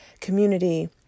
community